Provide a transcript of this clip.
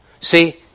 See